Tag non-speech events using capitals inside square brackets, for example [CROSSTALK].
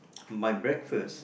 [NOISE] my breakfast